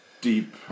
Deep